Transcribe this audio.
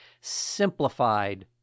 simplified